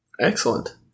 Excellent